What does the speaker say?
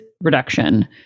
reduction